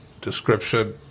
description